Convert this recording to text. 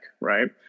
right